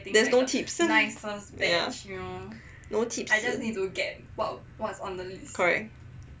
there is no tips ya no tips correct